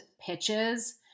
pitches